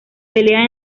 pelea